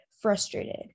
frustrated